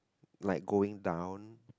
like going down